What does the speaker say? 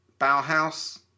Bauhaus